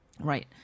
Right